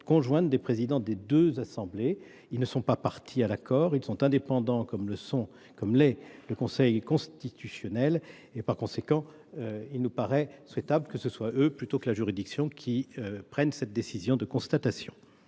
conjointe des présidents des deux assemblées. Ces derniers ne sont pas partie prenante à l’accord ; ils sont indépendants, comme l’est le Conseil constitutionnel. Par conséquent, il nous paraît souhaitable que ce soit eux, plutôt que la juridiction, qui prennent cette décision de constatation.